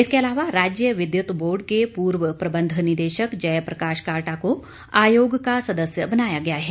इसके अलावा राज्य विद्युत बोर्ड के पूर्व प्रबंध निदेशक जयप्रकाश काल्टा को आयोग का सदस्य बनाया गया है